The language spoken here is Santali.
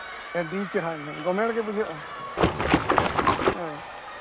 ᱟᱹᱰᱤ ᱪᱮᱦᱨᱟ ᱜᱚᱢᱮᱲ ᱜᱮ ᱵᱩᱡᱷᱟᱹᱜᱼᱟ ᱦᱚᱸ ᱦᱳᱭ